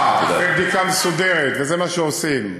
אם ייקבע אחרי בדיקה מסודרת, וזה מה שעושים,